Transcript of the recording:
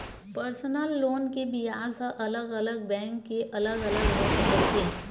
personal loan के बियाज ह अलग अलग बैंक के अलग अलग हो सकत हे